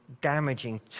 damaging